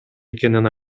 экенин